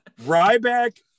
Ryback